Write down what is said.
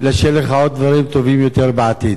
אלא שיהיו לך עוד דברים טובים יותר בעתיד.